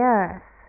earth